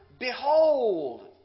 Behold